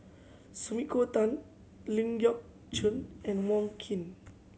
Sumiko Tan Ling Geok Choon and Wong Keen